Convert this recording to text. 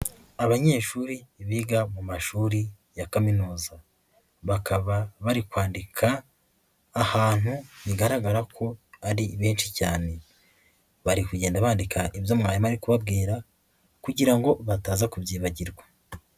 Abanyeshuri biga mu mashuri ya kaminuza bakaba bari kwandika ahantu bigaragara ko ari benshi cyane, bari kugenda bandika ibyo mwarimu ari kubabwira kugira ngo bataza kubyibagirwa.